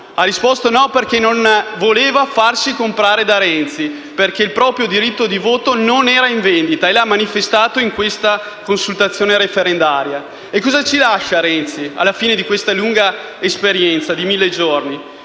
ha risposto di no. Non vuole farsi comprare da Renzi, perché il proprio diritto di voto non è in vendita e lo ha manifestato nella consultazione referendaria. Cosa ci lascia Renzi alla fine di questa lunga esperienza di mille giorni?